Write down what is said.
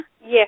Yes